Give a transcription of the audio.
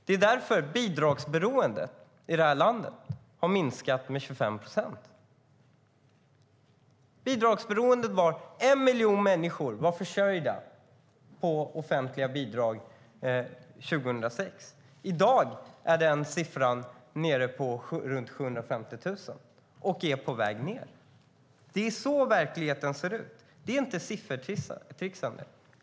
Det är därför som bidragsberoendet i det här landet har minskat med 25 procent. En miljon människor var försörjda med offentliga bidrag 2006. I dag ligger den siffran på runt 750 000 och är på väg ned. Det är så verkligheten ser ut. Det är inte siffertricksande.